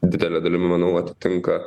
didele dalim manau atitinka